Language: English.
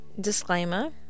Disclaimer